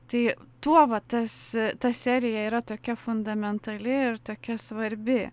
tai tuo va tas ta serija yra tokia fundamentali ir tokia svarbi